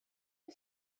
que